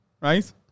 right